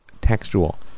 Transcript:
textual